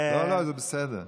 זה בסדר.